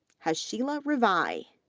hashilla rivai,